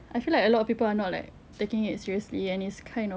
I feel like a lot of people are not like taking it seriously and it's kind of